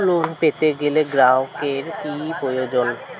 Loan পেতে গেলে গ্রাহকের কি প্রয়োজন?